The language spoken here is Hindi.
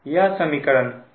यह समीकरण 55 है